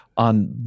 on